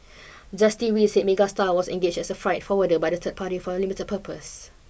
Justice Wei said Megastar was engaged as a freight forwarder by the third party for a limited purpose